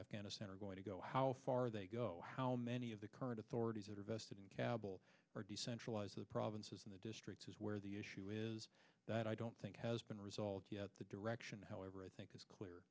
afghanistan are going to go how far they go how many of the current authorities that are vested in kabal or decentralized the provinces in the districts is where the issue is that i don't think has been resolved yet the direction however i think is clear